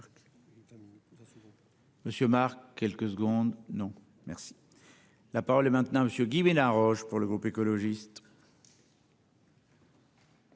Monsieur Marc quelques secondes, non merci. La parole est maintenant monsieur Guy la roche pour le groupe écologiste.